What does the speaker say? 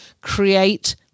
create